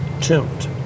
tuned